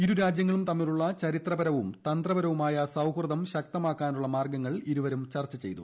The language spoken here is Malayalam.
ഇരു രാജ്യങ്ങളും തമ്മിലുള്ള ചരിത്രപരവും തന്ത്രപര്യൂമായ് സൌഹൃദം ശക്തമാക്കാനുള്ള മാർഗങ്ങൾ ഇരുവരും ചർച്ച ചെയ്തു